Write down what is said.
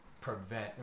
prevent